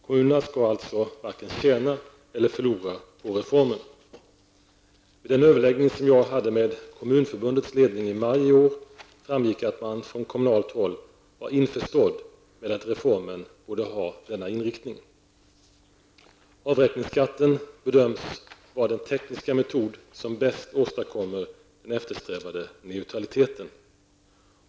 Kommunerna skall alltså varken tjäna eller förlora på reformen. Vid den överläggning som jag hade med Kommunförbundets ledning i maj i år framgick att man från kommunalt håll var införstådd med att reformen borde ha denna inriktning. Avräkningsskatten bedöms vara den tekniska metod som bäst åstadkommer den eftersträvade neutraliteten.